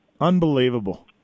Unbelievable